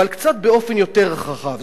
אבל באופן קצת יותר חכם,